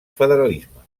federalisme